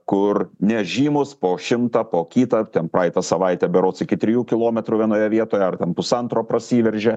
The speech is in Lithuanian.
kur nežymūs po šimtą po kitą ten praeitą savaitę berods iki trijų kilometrų vienoje vietoje ar ten pusantro prasiveržė